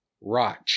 Roch